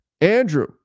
Andrew